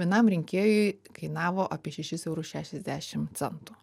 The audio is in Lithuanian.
vienam rinkėjui kainavo apie šešis eurus šešiasdešim centų